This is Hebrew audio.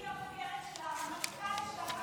אתה מכיר את קרן וקסנר?